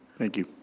thank you.